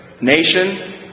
Nation